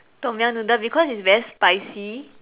Tom-Yum noodles because it's very spicy